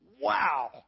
Wow